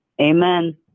Amen